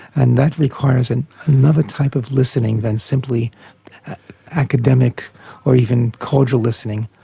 and that requires and another type of listening than simply academic or even cordial listening.